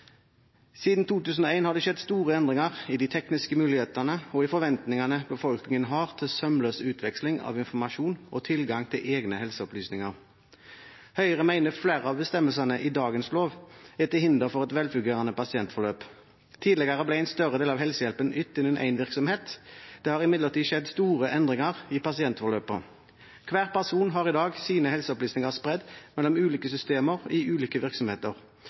Siden 2001 har det skjedd store endringer i de tekniske mulighetene og i forventningene befolkningen har til sømløs utveksling av informasjon og tilgang til egne helseopplysninger. Høyre mener at flere av bestemmelsene i dagens lov er til hinder for et velfungerende pasientforløp. Tidligere ble en større del av helsehjelpen ytt innenfor én virksomhet. Det har imidlertid skjedd store endringer i pasientforløpet. Hver person har i dag sine helseopplysninger spredd mellom ulike systemer i ulike virksomheter.